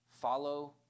follow